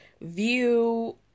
view